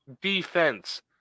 defense